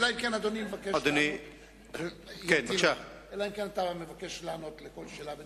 אלא אם כן אדוני מבקש לענות על כל שאלה בנפרד.